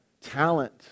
talent